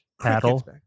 Paddle